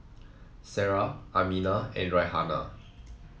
Sarah Aminah and Raihana